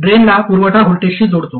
ड्रेनला पुरवठा व्होल्टेजशी जोडतो